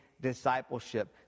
discipleship